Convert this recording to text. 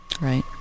Right